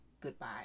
goodbye